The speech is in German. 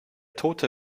tote